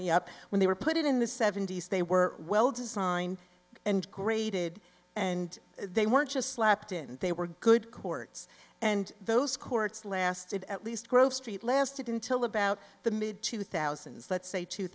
me up when they were put it in the seventy's they were well designed and graded and they weren't just slapped in they were good courts and those courts lasted at least grove street lasted until about the mid to thousands let's say two